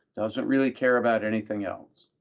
doesn't really care about anything else.